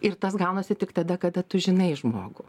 ir tas gaunasi tik tada kada tu žinai žmogų